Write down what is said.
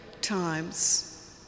times